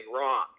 wrong